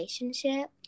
relationship